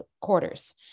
quarters